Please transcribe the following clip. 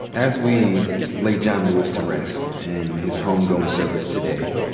as we lay john lewis to rest and his home goin' service today,